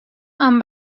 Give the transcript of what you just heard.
amb